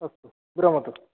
अस्तु विरमतु